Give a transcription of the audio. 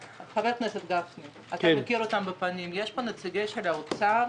יש פה נציגים של האוצר?